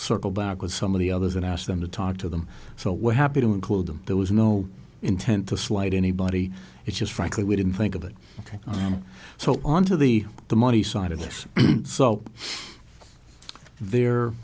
circle back with some of the others and ask them to talk to them so we're happy to include them there was no intent to slight anybody it's just frankly we didn't think of it i am so on to the the money side of this so the